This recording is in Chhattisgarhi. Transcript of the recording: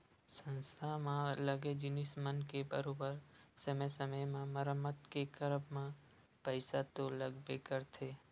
संस्था म लगे जिनिस मन के बरोबर समे समे म मरम्मत के करब म पइसा तो लगबे करथे